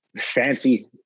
fancy